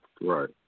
Right